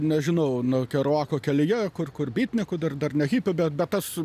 nežinau nu keruako kelyje kur kur bitnykų dar dar ne hipių bet tas